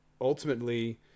ultimately